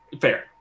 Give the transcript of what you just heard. Fair